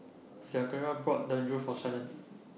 Zechariah bought Dangojiru For Shannan